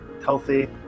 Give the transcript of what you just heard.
healthy